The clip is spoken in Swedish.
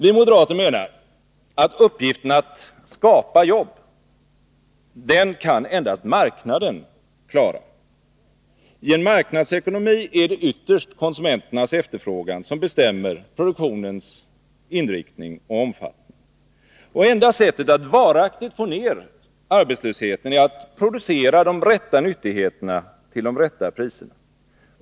Vi moderater menar att endast marknaden kan klara uppgiften att skapa jobb. I en marknadsekonomi är det ytterst konsumenternas efterfrågan som bestämmer produktionens inriktning och omfattning. Enda sättet att varaktigt få ned arbetslösheten är att producera de rätta nyttigheterna till de rätta priserna.